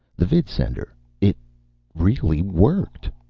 the vidsender it really worked.